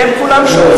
והם כולם שומעים,